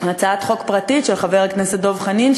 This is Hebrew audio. הצעת חוק פרטית של חבר הכנסת דב חנין,